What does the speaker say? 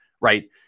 right